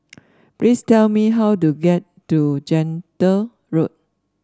please tell me how to get to Gentle Road